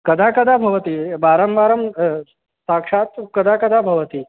कदा कदा भवति वारं वारम् साक्षात् कदा कदा भवति